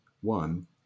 one